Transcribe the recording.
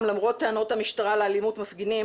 למרות טענות המשטרה על אלימות מפגינים,